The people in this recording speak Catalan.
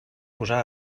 posar